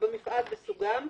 במפעל וסוגם,